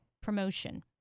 promotion